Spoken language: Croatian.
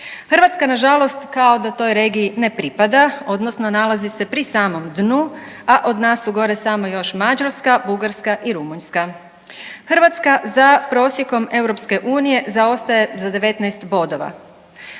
Hrvatska nažalost kao da toj regiji ne pripada odnosno nalazi se pri samom dnu, a od nas su gore samo još Mađarska, Bugarska i Rumunjska. Hrvatska za prosjekom EU zaostaje za 19 bodova.